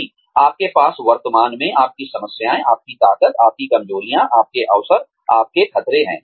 कि आपके पास वर्तमान में आपकी सीमाएं आपकी ताकत आपकी कमजोरियां आपके अवसर आपके खतरे हैं